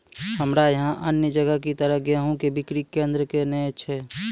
हमरा यहाँ अन्य जगह की तरह गेहूँ के बिक्री केन्द्रऽक नैय छैय?